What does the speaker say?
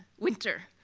winter,